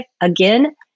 again